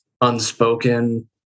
unspoken